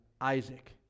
Isaac